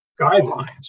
guidelines